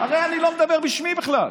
הרי אני לא מדבר בשמי בכלל.